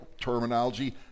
terminology